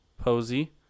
Posey